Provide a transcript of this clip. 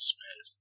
Smith